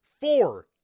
four